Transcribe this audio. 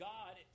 God